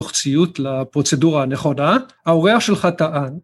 תוך ציות לפרוצדורה הנכונה, האורח שלך טען.